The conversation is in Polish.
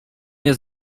nie